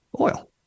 Oil